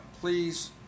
Please